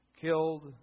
Killed